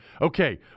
okay